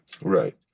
Right